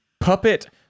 puppet